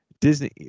Disney